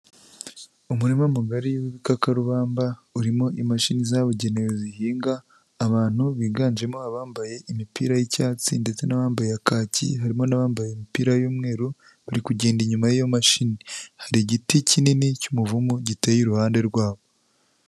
Umurima mugari w'ibikakarubamba urimo imashini zabugenewe zihinga. Abantu biganjemo abambaye imipira y'icyatsi ndetse n'abambaye akaki harimo n'abambaye imipira y'umweru, bari kugenda inyuma y'iyo mashini. Hari igiti kinini cy'umuvumu giteye iruhande rwabo.